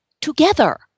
together